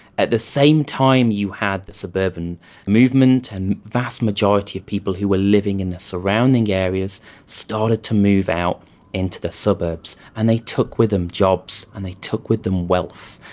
at the same time you had the suburban movement and a vast majority of people who were living in the surrounding areas started to move out into the suburbs, and they took with them jobs and they took with them wealth,